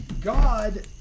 God